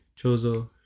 Chozo